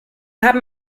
haben